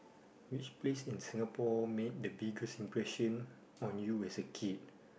which place in Singapore makes the biggest impression on you as a kid